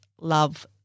love